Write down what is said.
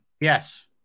Yes